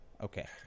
Okay